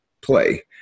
play